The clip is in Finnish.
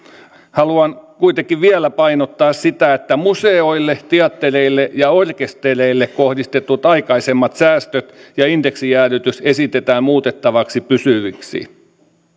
haluan kuitenkin vielä painottaa sitä että museoille teattereille ja orkestereille kohdistetut aikaisemmat säästöt ja indeksijäädytys esitetään muutettavaksi pysyviksi